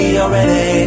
already